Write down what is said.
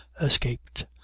escaped